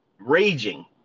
raging